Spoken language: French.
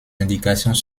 indications